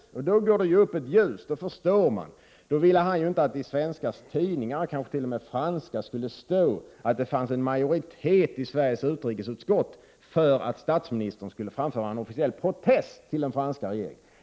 Då går det upp ett ljus, och man förstår att han inte ville att det i de svenska tidningarna, och inte heller i de franska, skulle stå att det finns en majoritet i Sveriges utrikesutskott för att statsministern skulle framföra en officiell protest till den franska regeringen.